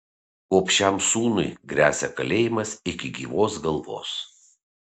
gobšiam sūnui gresia kalėjimas iki gyvos galvos